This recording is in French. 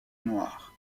noirs